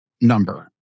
number